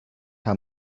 how